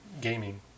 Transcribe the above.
gaming